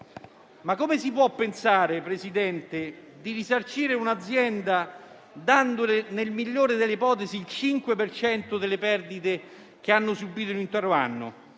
Ma come si può pensare, Presidente, di risarcire un'azienda dandole, nella migliore delle ipotesi, il 5 per cento delle perdite che ha subito in un intero anno?